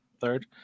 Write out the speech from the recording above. Third